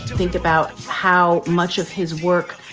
think about how much of his work,